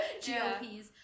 GOPs